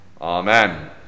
Amen